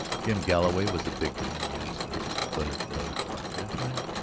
jim galloway was a big man, yes but of la gente,